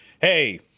hey